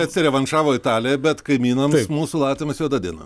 atsirevanšavo italija bet kaimynams mūsų latviams juoda diena